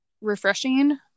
refreshing